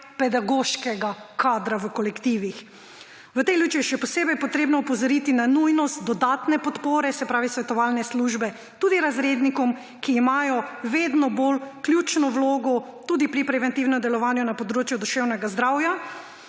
pedagoškega kadra v kolektivih. V tej luči je še posebej potrebno opozoriti na nujnost dodatne podpore, se pravi svetovalne službe, tudi razrednikom, ki imajo vse bolj ključno vlogo tudi pri preventivnem delovanju na področju duševnega zdravja